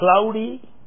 cloudy